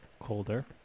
Colder